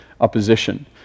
opposition